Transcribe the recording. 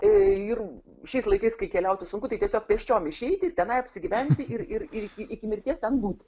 ir šiais laikais kai keliauti sunku tai tiesiog pėsčiom išeiti tenai apsigyventi ir iki iki mirties ten būti